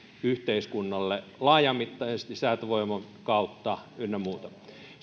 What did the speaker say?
yhteiskunnalle laajamittaisesti säätövoiman kautta ynnä muuta